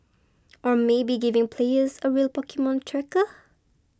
or maybe giving players a real Pokemon tracker